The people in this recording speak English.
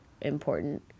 important